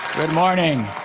good morning.